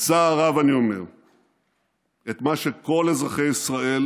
בצער רב אני אומר את מה שכל אזרחי ישראל